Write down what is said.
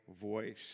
voice